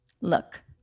Look